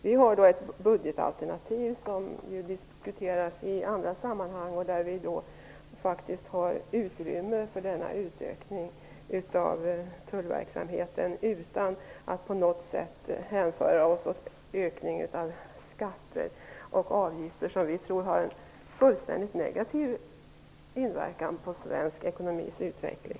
Vi har ett budgetalternativ, som ju diskuteras i andra sammanhang och där vi faktiskt har utrymme för denna utökning av tullverksamheten utan att på något sätt hänge oss åt höjningar av skatter och avgifter, vilket vi tror enbart skulle ha en negativ inverkan på svensk ekonomis utveckling.